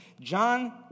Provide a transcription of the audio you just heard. John